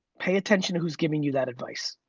pay attention to who's giving you that advice.